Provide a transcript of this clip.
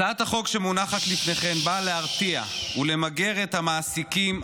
הצעת החוק שמונחת לפניכם באה להרתיע ולמגר את המעסיקים,